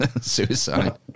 Suicide